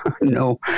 no